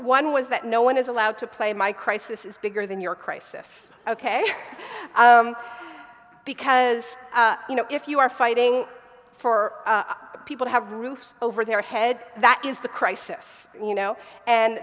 one was that no one is allowed to play my crisis is bigger than your crisis ok because you know if you are fighting for people who have roofs over their head that is the crisis you know and